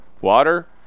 Water